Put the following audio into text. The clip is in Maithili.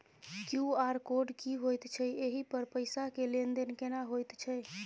क्यू.आर कोड की होयत छै एहि पर पैसा के लेन देन केना होयत छै?